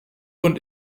und